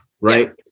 right